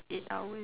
eight hours